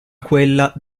quella